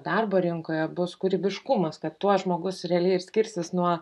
darbo rinkoje bus kūrybiškumas kad tuo žmogus realiai ir skirsis nuo